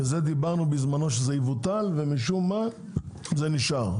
זה דיברנו בזמנו שזה יבוטל ומשום מה זה נשאר,